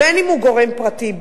בין שהוא גורם פרטי,